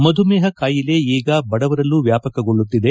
ಮಧುಮೇಪ ಕಾಯಿಲೆ ಈಗ ಬಡವರಲ್ಲೂ ವ್ಯಾಪಕಗೊಳ್ಳುತ್ತಿದೆ